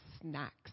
snacks